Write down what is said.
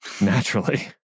naturally